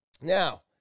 now